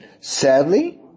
Sadly